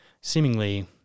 seemingly